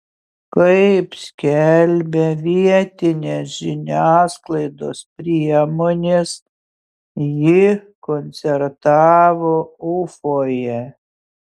kaip skelbia vietinės žiniasklaidos priemonės ji koncertavo ufoje